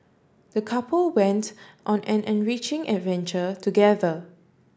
the couple went on an enriching adventure together